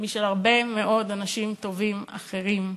משל הרבה מאוד אנשים טובים אחרים,